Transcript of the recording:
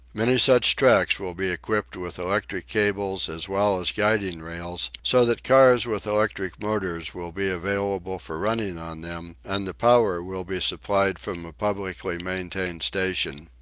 many such tracks will be equipped with electric cables as well as guiding-rails, so that cars with electric motors will be available for running on them, and the power will be supplied from a publicly-maintained station.